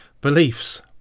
beliefs